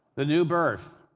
the new birth.